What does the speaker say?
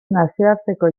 nazioarteko